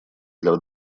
для